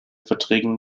verträgen